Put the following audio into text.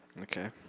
Okay